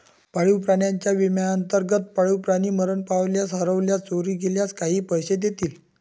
पाळीव प्राण्यांच्या विम्याअंतर्गत, पाळीव प्राणी मरण पावल्यास, हरवल्यास, चोरी गेल्यास काही पैसे देतील